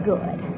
Good